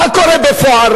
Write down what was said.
מה קורה בפועל?